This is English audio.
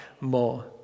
more